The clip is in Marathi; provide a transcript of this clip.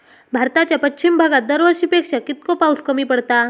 भारताच्या पश्चिम भागात दरवर्षी पेक्षा कीतको पाऊस कमी पडता?